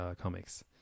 comics